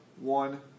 one